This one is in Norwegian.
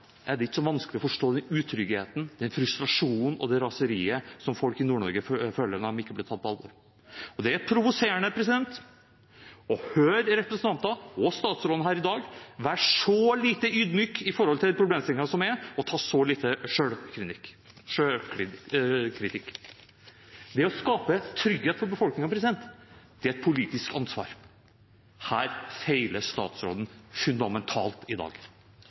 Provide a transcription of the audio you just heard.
er det ikke så vanskelig å forstå den utryggheten, den frustrasjonen og det raseriet som folk i Nord-Norge føler når de ikke blir tatt på alvor. Det er provoserende å høre representanter og statsråden her i dag være så lite ydmyk overfor disse problemstillingene og ta så lite selvkritikk. Det å skape trygghet for befolkningen er et politisk ansvar. Her feiler statsråden fundamentalt i dag.